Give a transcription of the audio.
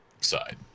side